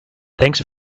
thanks